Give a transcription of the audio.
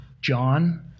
John